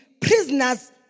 prisoners